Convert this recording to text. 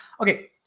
okay